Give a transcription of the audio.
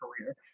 career